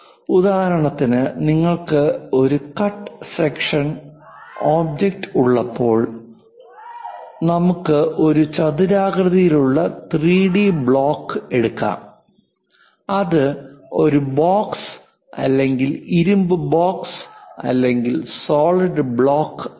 ഉദാഹരണത്തിന് നിങ്ങൾക്ക് ഒരു കട്ട് സെക്ഷൻ ഒബ്ജക്റ്റ് ഉള്ളപ്പോൾ ഉദാഹരണത്തിന് നമുക്ക് ഒരു ചതുരാകൃതിയിലുള്ള 3D ബ്ലോക്ക് എടുക്കാം അത് ഒരു ബോക്സ് അല്ലെങ്കിൽ ഇരുമ്പ് ബോക്സ് അല്ലെങ്കിൽ സോളിഡ് ബ്ലോക്ക് ആകാം